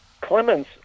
Clemens